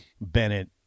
bennett